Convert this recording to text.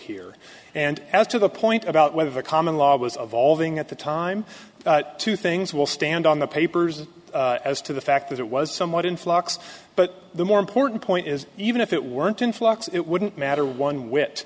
here and as to the point about whether the common law was of all the at the time two things will stand on the papers as to the fact that it was somewhat in flux but the more important point is even if it weren't in flux it wouldn't matter one w